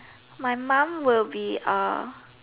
my mum will be a